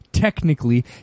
Technically